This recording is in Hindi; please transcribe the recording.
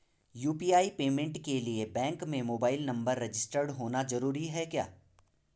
यु.पी.आई पेमेंट के लिए बैंक में मोबाइल नंबर रजिस्टर्ड होना जरूरी है क्या?